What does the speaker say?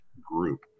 group